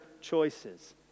choices